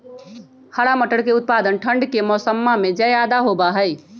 हरा मटर के उत्पादन ठंढ़ के मौसम्मा में ज्यादा होबा हई